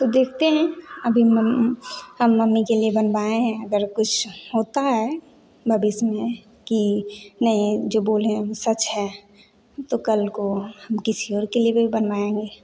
तो देखते हैं अभी हम हम मरने के लिए बनवाए हैं अगर कुछ होता है भविष्य में की मैं जो बोली हूँ सच है तो कल को हम किसी और के लिए भी बनवाएंगे